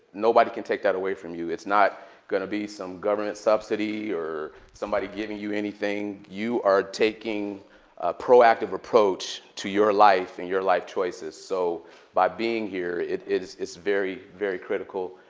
nobody can take that away from you. it's not going to be some government subsidy or somebody giving you anything. you are taking a proactive approach to your life and your life choices. so by being here, it is very, very critical.